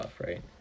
right